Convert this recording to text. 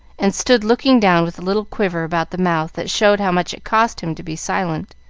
and stood looking down with a little quiver about the mouth that showed how much it cost him to be silent.